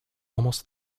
almost